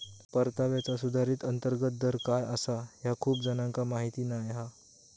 परताव्याचा सुधारित अंतर्गत दर काय आसा ह्या खूप जणांका माहीत नाय हा